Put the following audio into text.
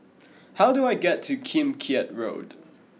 how do I get to Kim Keat Road